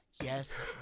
Yes